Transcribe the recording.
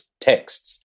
texts